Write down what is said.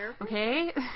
okay